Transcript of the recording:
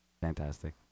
Fantastic